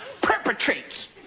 perpetrates